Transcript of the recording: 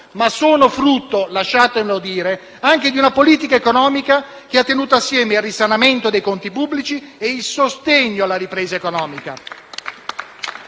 ma anche - lasciatemelo dire - di una politica economica che ha tenuto insieme il risanamento dei conti pubblici e il sostegno alla ripresa economica.